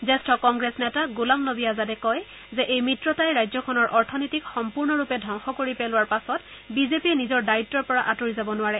জ্যেষ্ঠ কংগ্ৰেছ নেতা গোলাম নবী আজাদে কয় যে এই মিত্ৰতাই ৰাজ্যখনৰ অথনীতিক সম্পূৰ্ণৰূপে ধবংস কৰি পেলোৱাৰ পাছত বিজেপিয়ে নিজৰ দায়িত্বৰ পৰা আঁতৰি যাব নোৱাৰে